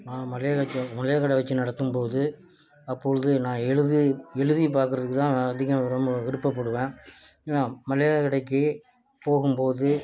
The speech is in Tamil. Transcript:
நான் மளிகை கடை மளிகை கடை வச்சி நடத்தும் போது அப்பொழுது நான் எழுதி எழுதி பார்க்கறதுக்கு தான் நான் அதிகம் ரொம்ப விருப்பப்படுவேன் நான் மளிகை கடைக்கு போகும் போது